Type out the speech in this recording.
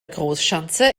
großschanze